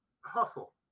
Hustle